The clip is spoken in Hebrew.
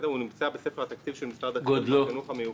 הוא נמצא בספר התקציב של משרד החינוך בחינוך המיוחד.